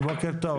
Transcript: בוקר טוב.